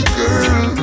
girl